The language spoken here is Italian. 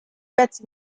pezzi